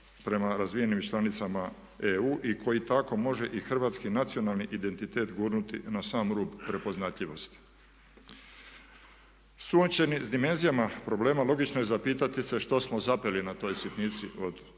prema razvijenim članicama EU i koji tako može i hrvatski nacionalni identitet gurnuti na sam rub prepoznatljivosti. Suočeni s dimenzijama problema logično je zapitati se što smo zapeli na toj sitnici od